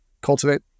cultivate